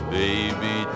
baby